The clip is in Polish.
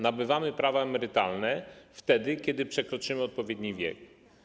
Nabywamy prawa emerytalne wtedy, kiedy przekroczymy odpowiedni wiek.